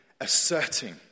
asserting